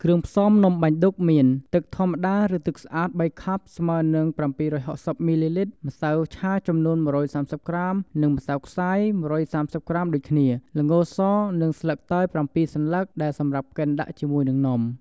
គ្រឿងផ្សំនំបាញ់ឌុកមាន ទឹកធម្មតាឬទឹកស្អាត៣ខាប់ស្មើរនឹង៧៦០មីលីលីត្រ ម្សៅឆាចំនួន១៣០ក្រាម និងម្សៅខ្សាយ១៣០ក្រាមដូចគ្នា ល្ងរស និងស្លឹកតើយ៧សន្លឹកដែលសម្រាប់កិនដាក់ជាមួយនិងនំ។